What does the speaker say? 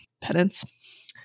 penance